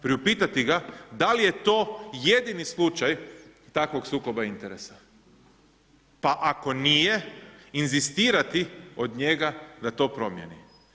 Priupitati da li je to jedini slučaj takvog sukoba interesa, pa ako nije inzistirati od njega da to promijeni.